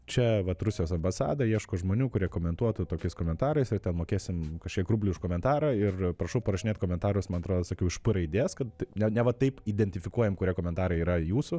čia vat rusijos ambasada ieško žmonių kurie komentuotų tokiais komentarais ir ten mokėsim kažkiek rublių už komentarą ir prašau parašinėt komentarus man atrodo sakiau iš p raidės kad ne neva taip identifikuojam kurie komentarai yra jūsų